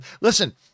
Listen